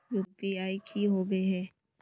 UPI की होबे है?